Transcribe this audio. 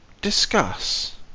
discuss